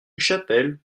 chapelle